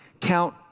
count